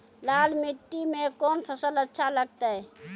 लाल मिट्टी मे कोंन फसल अच्छा लगते?